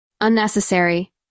Unnecessary